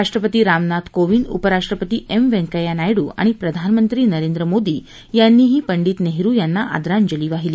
राष्ट्रपती रामनाथ कोविंद उपराष्ट्रपती एम व्यैंकय्या नायडू आणि प्रधानमंत्री नरेंद्र मोदी यांनीही पंडित नेहरू यांना आदरांजली वाहिली